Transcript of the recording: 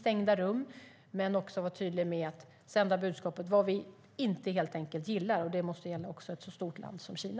Men vi ska helt enkelt vara tydliga med att sända budskap om vad vi inte gillar. Det måste också gälla ett så stort land som Kina.